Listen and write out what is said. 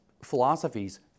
Philosophies